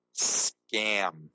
scam